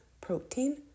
protein